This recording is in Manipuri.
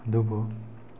ꯑꯗꯨꯕꯨ